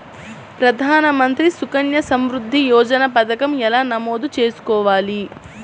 ప్రధాన మంత్రి సుకన్య సంవృద్ధి యోజన పథకం ఎలా నమోదు చేసుకోవాలీ?